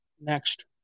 next